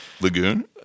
lagoon